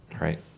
Right